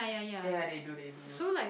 ya they do they do